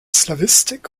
slawistik